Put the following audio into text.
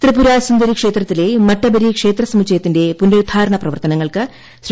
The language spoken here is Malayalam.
ത്രിപുര സുന്ദരി ക്ഷേത്രത്തിലെ മട്ടബരി ക്ഷേത്ര സമുച്ചയത്തിന്റെ പുനരുദ്ധാരണ പ്രവർത്തനങ്ങൾക്ക് ശ്രീ